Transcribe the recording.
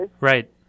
Right